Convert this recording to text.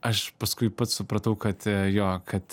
aš paskui pats supratau kad jo kad